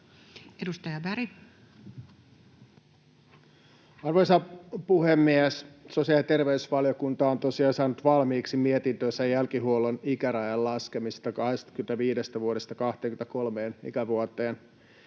Content: Arvoisa puhemies! Sosiaali- ja terveysvaliokunta on tosiaan saanut valmiiksi mietintönsä jälkihuollon ikärajan laskemisesta 25 vuodesta 23 ikävuoteen.